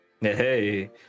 hey